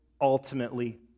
ultimately